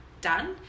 done